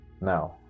Now